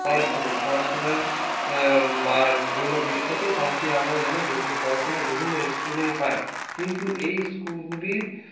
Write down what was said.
পড়াশোনা পড়াশোনার জন্য বিখ্যাত কারণ কি আমরা জানি পড়াশোনা বিভিন্ন স্কুলেই হয় কিন্তু এই স্কুলগুলির